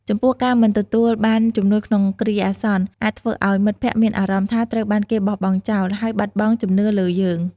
ចំពោះ ការមិនទទួលបានជំនួយក្នុងគ្រាអាសន្ន អាចធ្វើឲ្យមិត្តភក្តិមានអារម្មណ៍ថាត្រូវបានគេបោះបង់ចោល ហើយបាត់បង់ជំនឿលើយើង។